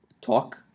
talk